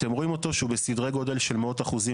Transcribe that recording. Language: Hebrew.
אתם רואים אותו שהוא בסדרי גודל של מאות אחוזים